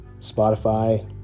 Spotify